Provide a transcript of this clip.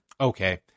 Okay